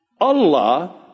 Allah